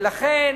ולכן